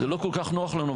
זה לא כל כך נוח לנו,